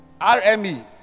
RME